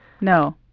No